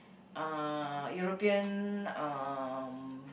uh European um